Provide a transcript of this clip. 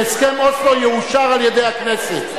שהסכם אוסלו יאושר על-ידי הכנסת.